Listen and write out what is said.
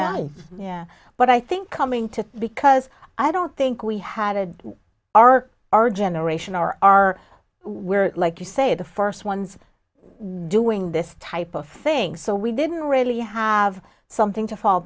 i yeah but i think coming to because i don't think we had our our generation our we're like you say the first ones doing this type of thing so we didn't really have something to fall